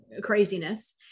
craziness